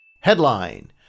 Headline